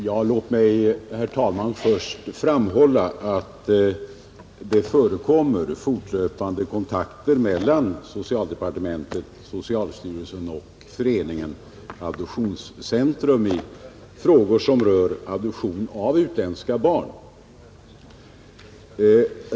Herr talman! Låt mig först framhålla att det förekommer fortlöpande kontakter mellan socialdepartementet, socialstyrelsen och Föreningen Adoptionscentrum i frågor som rör adoption av utländska barn.